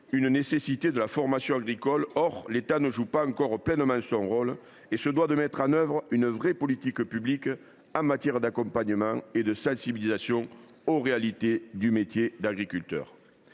une nécessité de la formation agricole. Or l’État ne joue pas encore pleinement son rôle et se doit de mettre en œuvre une vraie politique publique en matière d’accompagnement et de sensibilisation aux réalités du métier d’agriculteur.